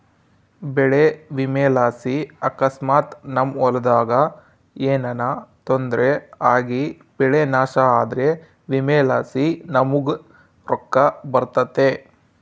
ಬೆಳೆ ವಿಮೆಲಾಸಿ ಅಕಸ್ಮಾತ್ ನಮ್ ಹೊಲದಾಗ ಏನನ ತೊಂದ್ರೆ ಆಗಿಬೆಳೆ ನಾಶ ಆದ್ರ ವಿಮೆಲಾಸಿ ನಮುಗ್ ರೊಕ್ಕ ಬರ್ತತೆ